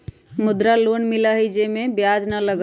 मुद्रा लोन मिलहई जे में ब्याज न लगहई?